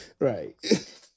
right